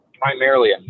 primarily